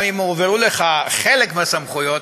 גם הועברו אליך חלק מהסמכויות,